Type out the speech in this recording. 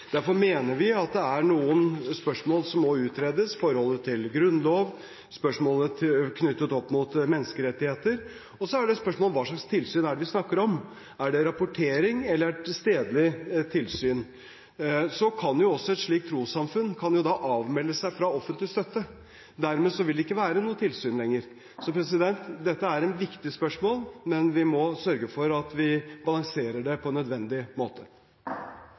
Derfor mener vi at det er noen spørsmål som må utredes, bl.a. forholdet til Grunnloven og spørsmål knyttet opp mot menneskerettigheter. Så er jo spørsmålet: Hva slags tilsyn er det vi her snakker om? Er det rapportering, eller er det stedlig tilsyn? Så kan et slikt trossamfunn melde seg av offentlig støtte. Dermed vil det ikke være noe tilsyn lenger. Dette er et viktig spørsmål, men vi må sørge for at vi balanserer det på en nødvendig måte.